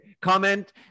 Comment